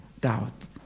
Doubt